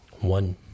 One